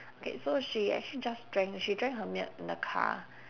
okay so she actually just drank she drank her milk in the car